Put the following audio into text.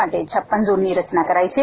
માટે પદ્ ઝોનની રચના કરાઇ છે